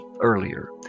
earlier